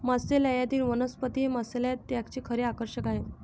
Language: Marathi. मत्स्यालयातील वनस्पती हे मत्स्यालय टँकचे खरे आकर्षण आहे